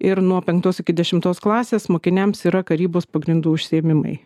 ir nuo penktos iki dešimtos klasės mokiniams yra karybos pagrindų užsiėmimai